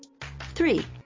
Three